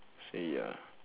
so ya